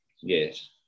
Yes